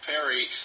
Perry